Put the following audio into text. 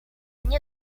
nie